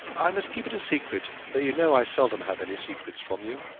i must keep it a secret, though you know i seldom have any secrets from you.